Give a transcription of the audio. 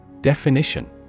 Definition